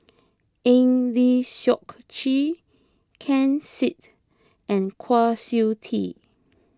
Eng Lee Seok Chee Ken Seet and Kwa Siew Tee